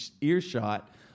earshot